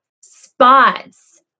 spots